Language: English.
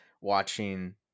watching